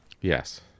Yes